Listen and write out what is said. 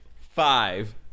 Five